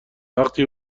وقتی